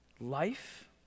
Life